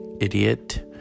Idiot